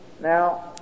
Now